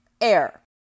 air